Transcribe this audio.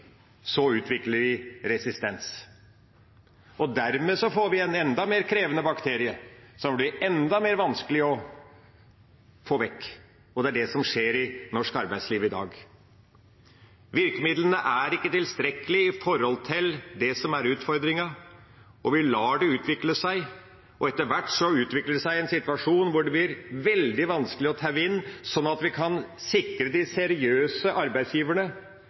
resistens, og dermed får vi en enda mer krevende bakterie, som det blir enda vanskeligere å få vekk. Det er det som skjer i norsk arbeidsliv i dag. Virkemidlene er ikke tilstrekkelige i forhold til det som er utfordringen. Vi lar det utvikle seg, og etter hvert utvikler det seg en situasjon hvor det blir veldig vanskelig å taue inn for å sikre de seriøse arbeidsgiverne.